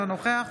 אינו נוכח